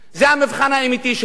זה המבחן האמיתי שלהם.